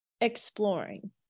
exploring